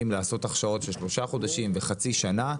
לעשות הכשרות של שלושה חודשים וחצי שנה,